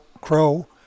crow